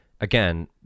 again